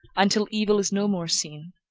until evil is no more seen.